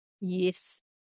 Yes